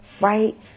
right